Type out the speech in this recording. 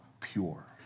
pure